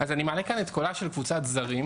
אז אני מעלה כאן את קולה של קבוצת זרים,